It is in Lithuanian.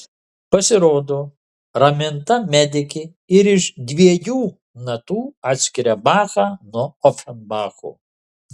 pasirodo raminta medikė ir iš dviejų natų atskiria bachą nuo ofenbacho